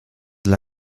dla